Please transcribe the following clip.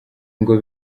ngo